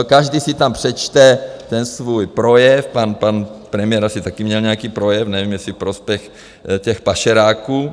Každý si tam přečte ten svůj projev, pan premiér asi taky měl nějaký projev, nevím, jestli ve prospěch těch pašeráků.